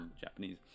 Japanese